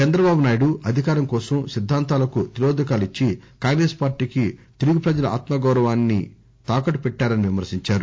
చంద్రబాబునాయుడు అధికారం కోసం సిద్ధాంతాలకు తిలోదకాలు ఇచ్చి కాంగ్రెస్ పార్టీకి తెలుగు ప్రజల ఆత్మగౌరవానికి తాకట్టు పెట్టారని విమర్శించారు